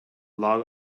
log